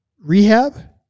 Rehab